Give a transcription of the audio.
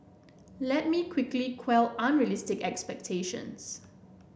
let me quickly quell unrealistic expectations